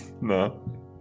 No